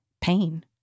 pain